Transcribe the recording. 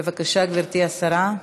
בבקשה, גברתי השרה.